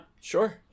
Sure